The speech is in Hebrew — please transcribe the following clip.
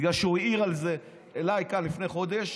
בגלל שהוא העיר לי על זה כאן לפני חודש,